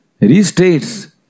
restates